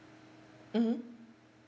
mmhmm